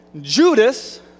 Judas